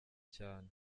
cyane